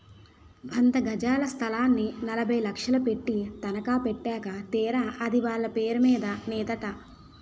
వంద గజాల స్థలాన్ని నలభై లక్షలు పెట్టి తనఖా పెట్టాక తీరా అది వాళ్ళ పేరు మీద నేదట